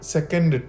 Second